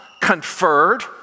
conferred